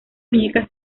muñecas